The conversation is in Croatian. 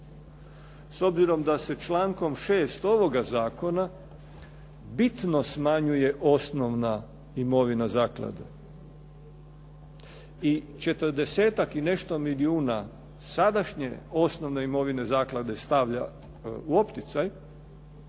S obzirom da se člankom 6. ovoga zakona, bitno smanjuje osnovna imovina zaklade i 40-ak i nešto milijuna sadašnje osnovne imovine zaklade stavlja u opticaj,